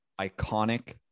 iconic